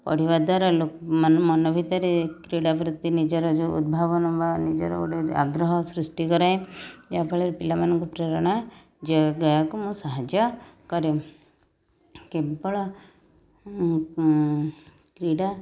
ପଢ଼ିବା ଦ୍ୱାରା ମାନେ ମନ ଭିତରେ କ୍ରୀଡ଼ା ପ୍ରତି ନିଜର ଯେଉଁ ଉଦ୍ଭାବନ ବା ନିଜର ଗୋଟେ ଆଗ୍ରହ ସୃଷ୍ଟି କରାଏ ଯାହାଫଳରେ ପିଲାମାନଙ୍କୁ ପ୍ରେରଣା ଯୋଗେଇବାକୁ ମୁଁ ସାହାଯ୍ୟ କରେ କେବଳ କ୍ରୀଡ଼ା